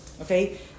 Okay